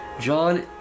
John